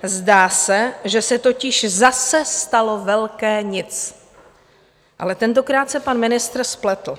Zdá se, že se totiž zase stalo velké nic, ale tentokrát se pan ministr spletl.